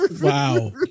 Wow